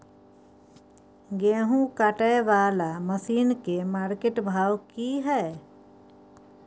गेहूं काटय वाला मसीन के मार्केट भाव की हय?